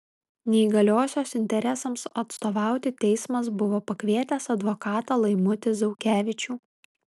neįgaliosios interesams atstovauti teismas buvo pakvietęs advokatą laimutį zaukevičių